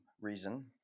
reason